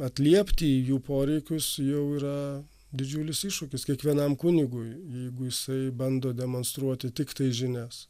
atliepti į jų poreikius jau yra didžiulis iššūkis kiekvienam kunigui jeigu jisai bando demonstruoti tiktai žinias